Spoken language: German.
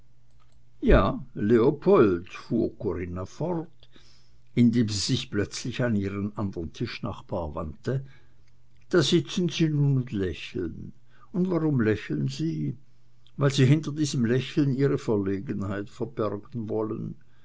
ja leopold fuhr corinna fort indem sie sich plötzlich an ihren andern tischnachbar wandte da sitzen sie nun und lächeln und warum lächeln sie weil sie hinter diesem lächeln ihre verlegenheit verbergen wollen